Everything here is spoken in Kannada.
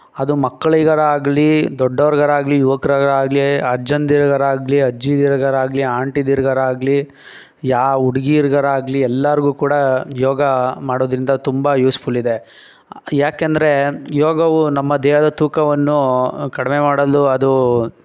ಅದು ಮಕ್ಕಳಿಗರಾಗಲಿ ದೊಡ್ಡೋವ್ರ್ಗರಾಗಲಿ ಯುವಕ್ರಗರಾಗಲಿ ಅಜ್ಜಂದಿರ್ಗರಾಗಲಿ ಅಜ್ಜಿದೀರ್ಗರಾಗಲಿ ಆಂಟಿದೀರ್ಗರಾಗಲಿ ಯಾವ ಹುಡ್ಗಿರ್ಗರಾಗಲಿ ಎಲ್ಲರ್ಗೂ ಕೂಡ ಯೋಗ ಮಾಡೋದರಿಂದ ತುಂಬ ಯೂಸ್ಫುಲ್ ಇದೆ ಯಾಕೆಂದರೆ ಯೋಗವು ನಮ್ಮ ದೇಹದ ತೂಕವನ್ನು ಕಡಿಮೆ ಮಾಡಲು ಅದು